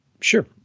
Sure